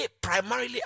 primarily